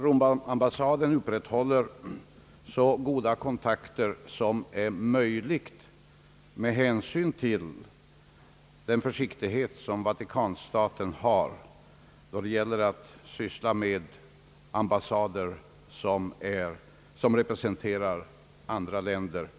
Romambassaden upprätthåller så goda kontakter som är möjliga med hänsyn till den försiktighet, som Vatikanstaten visar då det gäller att umgås med i Rom placerade ambassader, som representerar andra länder.